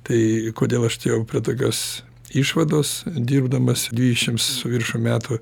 tai kodėl aš atėjau prie tokios išvados dirbdamas dvidešimts su viršum metų